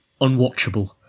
unwatchable